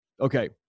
okay